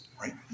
right